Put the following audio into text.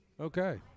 Okay